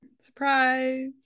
Surprise